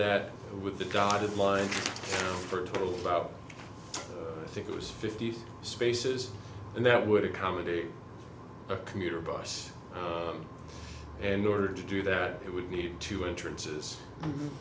that with the dotted line for the i think it was fifty spaces and that would accommodate a commuter bus in order to do that it would need two entrances